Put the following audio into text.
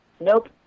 Nope